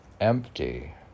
empty